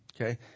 Okay